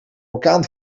orkaan